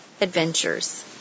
adventures